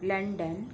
London